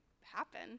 happen